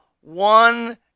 one